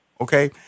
okay